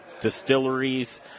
distilleries